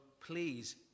please